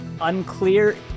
unclear